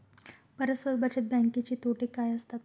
परस्पर बचत बँकेचे तोटे काय असतात?